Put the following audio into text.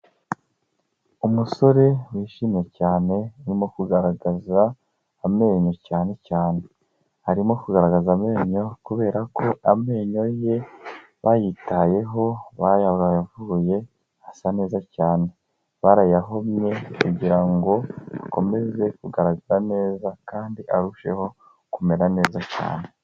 Umusore wishimye cyane urimo kugaragaza amenyo cyane cyane, arimo kugaragaza amenyo kubera ko amenyo ye bayitayeho, bayavuye asa neza cyane, barayahomye kugira ngo akomeze kugaragara neza kandi arusheho kumera neza cyane.